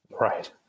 right